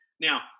Now